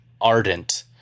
ardent